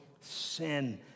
sin